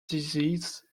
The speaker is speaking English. disease